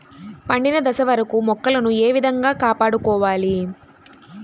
పండిన దశ వరకు మొక్కలను ఏ విధంగా కాపాడుకోవాలి?